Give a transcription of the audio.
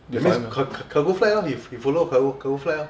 that means car~ car~ car~ cargo flight lor he follow cagro flight orh